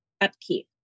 upkeep